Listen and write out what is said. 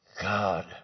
God